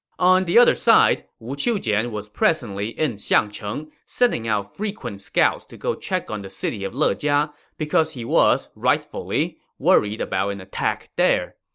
on the other side, wu qiujian was presently in xiangcheng, sending out frequent scouts to go check on the city of lejia because he was, rightfully, worried about an attack there.